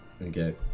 Okay